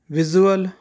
visual